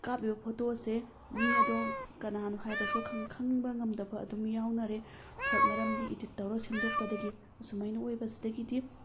ꯀꯥꯞꯂꯤꯕ ꯐꯣꯇꯣꯁꯦ ꯃꯤ ꯑꯗꯨ ꯀꯅꯥꯅꯣ ꯍꯥꯏꯕ ꯁꯨꯛꯈꯪ ꯈꯪꯕ ꯉꯝꯗꯕ ꯑꯗꯨꯝ ꯌꯥꯎꯅꯔꯦ ꯃꯔꯝꯗꯤ ꯏꯗꯤꯠ ꯇꯧꯔꯒ ꯁꯦꯝꯗꯣꯛꯄꯗꯒꯤ ꯑꯁꯨꯝ ꯍꯥꯏꯅ ꯑꯣꯏꯕꯁꯤꯗꯒꯤꯗꯤ